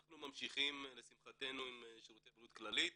אנחנו ממשיכים לשמחתנו עם שירותי בריאות כללית,